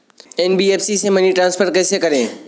NBFC से money transfer कैसे करें?